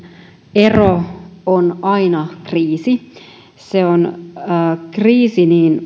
ero on aina kriisi se on kriisi niin